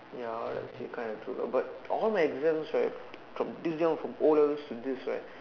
ya treat kind of tool ah but all the exams right from this young from o-levels to this right